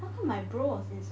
eh how come my bro was inside